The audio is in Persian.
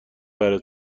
برا